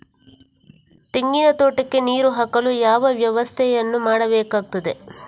ತೆಂಗಿನ ತೋಟಕ್ಕೆ ನೀರು ಹಾಕಲು ಯಾವ ವ್ಯವಸ್ಥೆಯನ್ನು ಮಾಡಬೇಕಾಗ್ತದೆ?